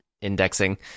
indexing